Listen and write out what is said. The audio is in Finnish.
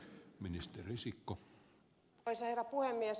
arvoisa herra puhemies